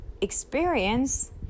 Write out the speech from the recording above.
experience